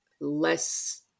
less